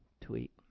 tweet